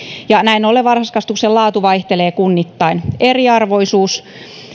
ja näin ollen varhaiskasvatuksen laatu vaihtelee kunnittain eriarvoisuus